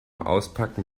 auspacken